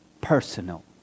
personal